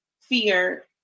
fear